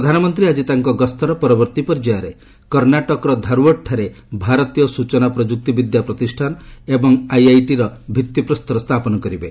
ପ୍ରଧାନମନ୍ତ୍ରୀ ଆଜି ତାଙ୍କ ଗସ୍ତର ପରବର୍ତ୍ତୀ ପର୍ଯ୍ୟାୟରେ କର୍ଷ୍ଣାଟକର ଧାରୁଓଡଠାରେ ଭାରତୀୟ ସ୍ଚନା ପ୍ରଯୁକ୍ତିବିଦ୍ୟା ପ୍ରତିଷ୍ଠାନ ଏବଂ ଆଇଆଇଟି ଭିଭିପ୍ରସ୍ତର ସ୍ଥାପନ କରିବେ